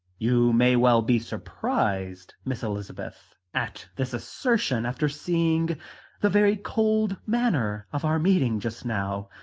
you may well be surprised, miss elizabeth, at this assertion after seeing the very cold manner of our meeting just now.